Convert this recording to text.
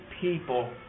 people